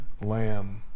lamb